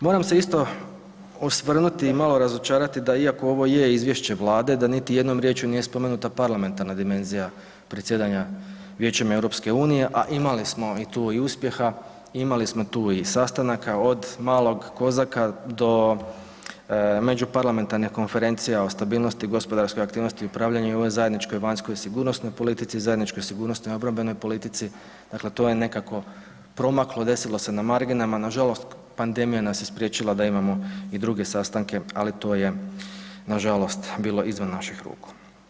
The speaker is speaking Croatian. Moram se isto osvrnuti i malo razočarati da iako ovo je izvješće Vlade da niti jednom riječju nije spomenuta parlamentarna dimenzija predsjedanja Vijećem EU, a imali smo i tu u uspjeha, imali smo i tu i sastanaka od malog kozaka do međuparlamentarne konferencije o stabilnosti i gospodarskoj aktivnosti upravljanja u ovoj zajedničkoj vanjskoj i sigurnosnoj politici, zajedničkoj sigurnosti i obrambenoj politici, dakle to je nekako promaklo, desilo se na marginama, nažalost pandemija nas je spriječila da imamo i druge sastanke, ali to je nažalost bilo izvan naših ruku.